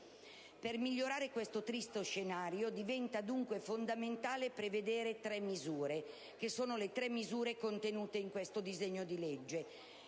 Per migliorare questo triste scenario diventa dunque fondamentale prevedere tre misure, che sono quelle contenute in questo disegno di legge: